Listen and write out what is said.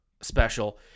special